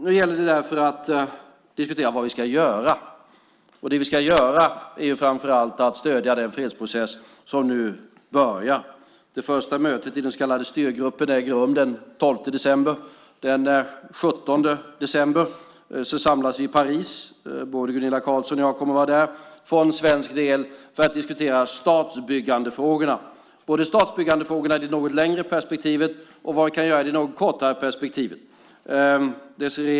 Nu gäller det därför att diskutera vad vi ska göra, och det vi ska göra är framför allt att stödja den fredsprocess som nu börjar. Det första mötet i den så kallade styrgruppen äger rum den 12 december. Den 17 december samlas vi i Paris. Både Gunilla Carlsson och jag kommer att vara där från svensk sida för att diskutera statsbyggandefrågorna, både statsbyggandefrågorna i det något längre perspektivet och vad vi kan göra i det något kortare perspektivet.